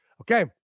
Okay